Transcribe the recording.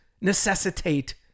necessitate